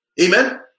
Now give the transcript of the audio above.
Amen